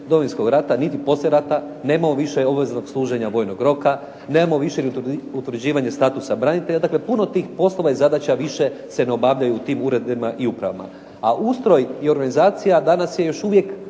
Domovinskog rata niti poslije rata. Nemamo više obveznog služenja vojnog roka, nemamo više utvrđivanje statusa branitelja. Dakle, puno tih poslova i zadaća više se ne obavljaju u tim uredima i upravama, a ustroj i organizacija danas je još uvijek